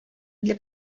для